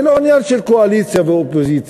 זה לא עניין של קואליציה ואופוזיציה.